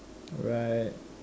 alright